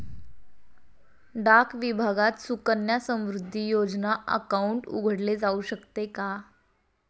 डाक विभागात सुकन्या समृद्धी योजना अकाउंट उघडले जाऊ शकते का?